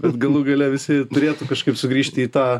bet galų gale visi turėtų kažkaip sugrįžti į tą